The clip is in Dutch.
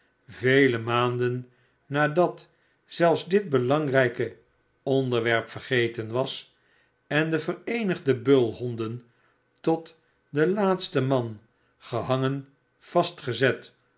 vele maanden nadat zelfs dit belangrijke onderwerp vergeten was en de vereenigde bulhonden tot den laatsten man gehangen vastgezet